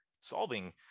solving